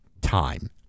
time